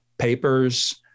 papers